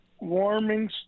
warming